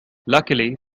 luckily